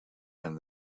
and